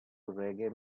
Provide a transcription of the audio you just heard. reggae